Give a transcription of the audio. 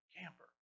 camper